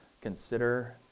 consider